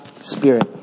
Spirit